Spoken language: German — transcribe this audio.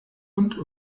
und